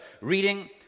reading